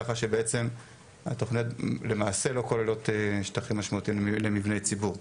ככה שבעצם התוכניות למעשה לא כוללות שטחים משמעותיים למבני ציבור.